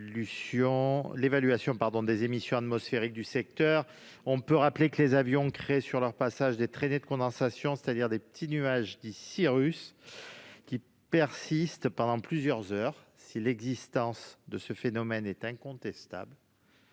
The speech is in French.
l'évaluation des émissions atmosphériques du secteur aérien. Les avions laissent sur leur passage des traînées de condensation, c'est-à-dire de petits nuages, dits cirrus, qui persistent pendant plusieurs heures. Si l'existence de ce phénomène est incontestable,